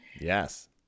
yes